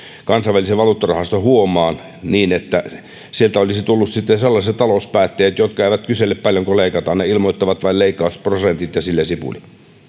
kansainvälisen valuuttarahaston huomaan niin että sieltä olisivat tulleet sitten sellaiset talouspäättäjät jotka eivät kysele paljonko leikataan ne ilmoittavat vain leikkausprosentit ja sillä sipuli